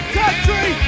country